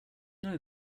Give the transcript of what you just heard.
know